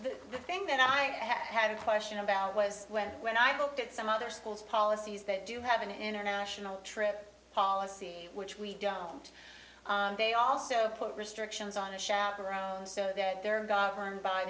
the thing that i have had a question about was whether when i look at some other schools policies that do have an international trip policy which we don't they also put restrictions on a shop around so that they're governed by